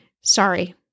sorry